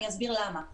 אני אסביר למה.